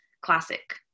classic